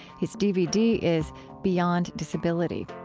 his dvd is beyond disability.